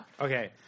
Okay